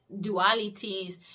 dualities